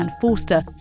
Forster